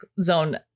Zone